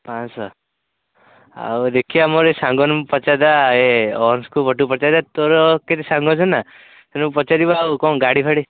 ପାଞ୍ଚଶହ ଆଉ ଦେଖିବା ମୋର ଏ ସାଙ୍ଗମାନଙ୍କୁ ପଚାରିଦେବା ଏ ଅଂଶକୁ ପଚାରିବା ତୋର କେତେ ସାଙ୍ଗ ଅଛନ୍ତି ନା ପଚାରିବା ଆଉ କ'ଣ ଗାଡ଼ି ଫାଡ଼ି